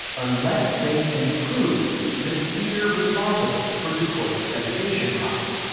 unless they can prove that we're responsible for detroit's segregation problem.